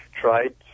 tried